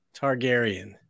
Targaryen